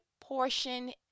portion